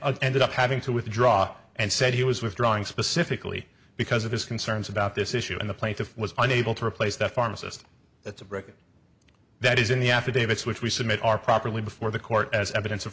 and ended up having to withdraw and said he was withdrawing specifically because of his concerns about this issue and the plaintiff was unable to replace the pharmacist that's a record that is in the affidavits which we submit are properly before the court as evidence of